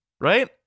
Right